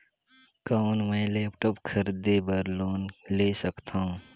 कौन मैं लेपटॉप खरीदे बर लोन ले सकथव?